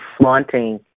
flaunting